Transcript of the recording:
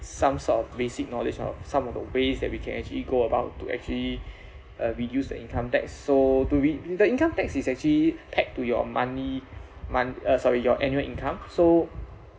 some sort of basic knowledge of some of the ways that we can actually go about to actually uh reduce the income tax so to re~ the income tax is actually paid to your monthly month uh sorry your annual income so